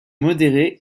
modérés